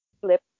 flip